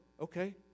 Okay